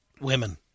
women